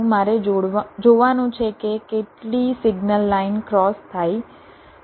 મારે જોવાનું છે કે કેટલી સિગ્નલ લાઇન ક્રોસ થાય છે